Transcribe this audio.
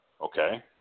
Okay